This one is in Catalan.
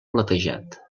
platejat